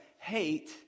hate